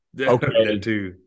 Okay